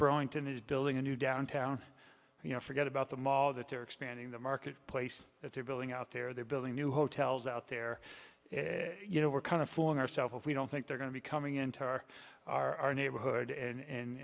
burlington is building a new downtown you know forget about the mall that they're expanding the marketplace that they're building out there they're building new hotels out there you know we're kind of fooling ourselves if we don't think they're going to be coming into our our neighborhood